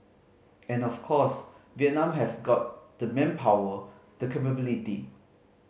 and of course Vietnam has got the manpower the capability